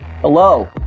Hello